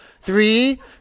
Three